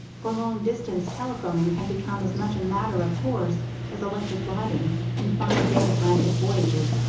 for long-distance telephoning had become as much a matter of course as electric lighting and five-day atlantic voyages.